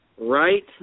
Right